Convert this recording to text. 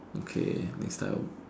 okay next time